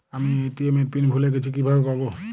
আমি এ.টি.এম এর পিন ভুলে গেছি কিভাবে পাবো?